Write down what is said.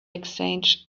exchange